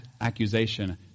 accusation